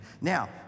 Now